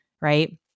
Right